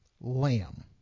Lamb